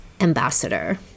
ambassador